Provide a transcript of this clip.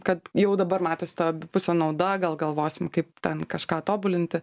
kad jau dabar matosi ta abipusė nauda gal galvosim kaip ten kažką tobulinti